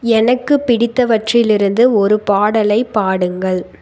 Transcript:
எனக்குப் பிடித்தவற்றிலேருந்து ஒரு பாடலைப் பாடுங்கள்